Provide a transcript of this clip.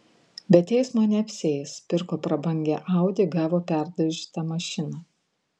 be teismo neapsieis pirko prabangią audi gavo perdažytą mašiną